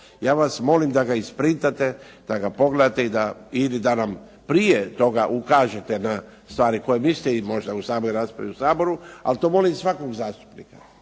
Ja vas molim da ga isprintate, da ga pogledate i da ili da nam prije toga ukažete na stvari koje mislite i možda u samoj raspravi u Saboru, ali to molim svakog zastupnika